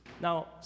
Now